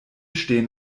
stehen